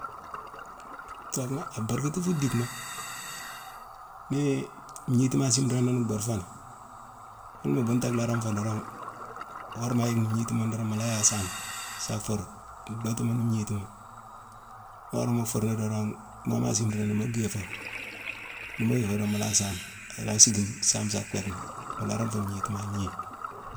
Tohkma, a barkiti fu dickma. Nii ngnitima asimra ni bheur fo ni, mune mu bunta laran fo dorong, worama a yick ni ngniti mune dorong, mu yick asaame saa fur, dhootu mune ngniti mune. Worama mu fur ni dorong, mooma asimra ni, mu gwii fo, ni mu wiifo, mu la yick asaame. a la siikime saame sa bheckmo. Mu laran fo ngnitima a gnii.